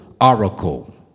oracle